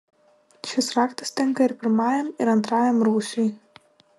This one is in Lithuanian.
šis raktas tinka ir pirmajam ir antrajam rūsiui